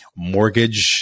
Mortgage